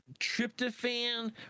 tryptophan